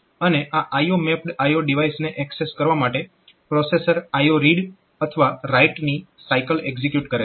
અને આ IO mapped ડિવાઇસને એક્સેસ કરવા માટે પ્રોસેસર IO રીડ અથવા રાઈટની સાયકલ એક્ઝીક્યુટ કરે છે